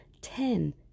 ten